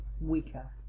weaker